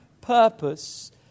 purpose